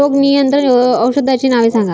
रोग नियंत्रण औषधांची नावे सांगा?